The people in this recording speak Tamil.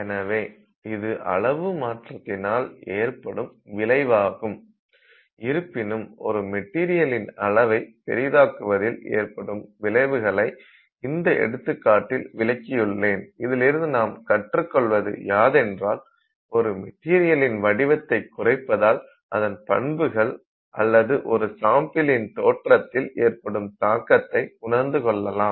எனவே இது அளவு மாற்றத்தினால் ஏற்படும் விளைவாகும் இருப்பினும் ஒரு மெட்டீரியலின் அளவை பெரிதாக்குவதில் ஏற்படும் விளைவுகளை இந்த எடுத்துக்காட்டில் விளக்கியுள்ளேன் இதிலிருந்து நாம் கற்றுக்கொள்வது யாதென்றால் ஒரு மெட்டீரியலின் வடிவத்தை குறைப்பதால் அதன் பண்புகள் அல்லது ஒரு சாம்பிளின் தோற்றத்தில் ஏற்படும் தாக்கத்தை உணர்ந்து கொள்ளலாம்